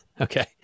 Okay